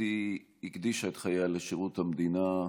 אתי הקדישה את חייה לשירות המדינה.